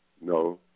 No